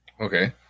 Okay